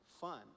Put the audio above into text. fun